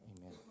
amen